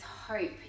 hope